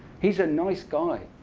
he's a nice guy.